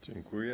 Dziękuję.